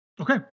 Okay